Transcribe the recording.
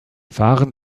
fahren